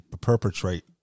perpetrate